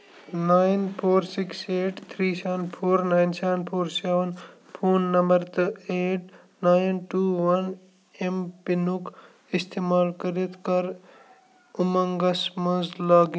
nine four six eight three seven four nine seven four seven phone number تہٕ eight nine two one M پِنُک استعمال کٔرِتھ کر اُمنٛگس منٛز لاگ